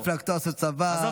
ממפלגתו עשו צבא,